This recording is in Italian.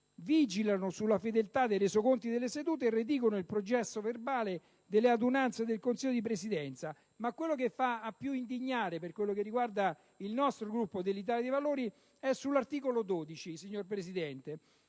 «vigilano sulla fedeltà dei resoconti delle sedute; redigono il processo verbale delle adunanze del Consiglio di Presidenza...». Ma quel che fa maggiormente indignare, per quanto riguarda il nostro Gruppo dell'Italia dei Valori, signor Presidente,